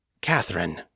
Catherine